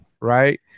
right